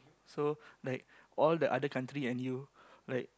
so like all the other country and you like